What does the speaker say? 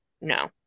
No